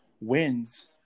wins